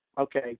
okay